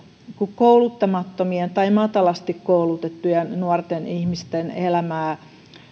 kouluttamattomien tai matalasti koulutettujen nuorten ihmisten elämää